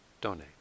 donate